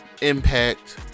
Impact